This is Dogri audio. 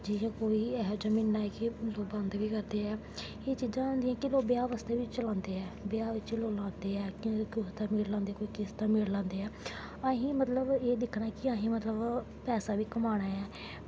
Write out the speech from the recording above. जे एहो जेहा म्हीनां ऐ बंद बी करदे ऐ एह् चीजां होंदियां कि लोग ब्याह् बास्तै बी चलांदे न ब्याह् च लांदे ऐ कोई कुसै दा मीट लांदे कोई कुसै दा मीट लांदे न असें मतलब एह् दिक्खना कि असें मतलब पैसा बी कमाना ऐ